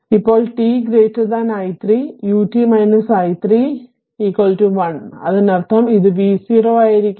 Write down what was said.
ഇപ്പോൾ t i 3 u t i 3 1 അതിനർത്ഥം ഇത് v0 ആയിരിക്കും